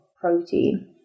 protein